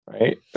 right